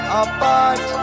apart